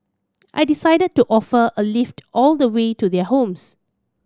I decided to offer a lift all the way to their homes